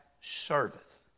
serveth